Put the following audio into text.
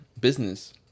business